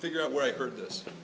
figure out where i heard this